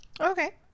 Okay